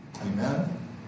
Amen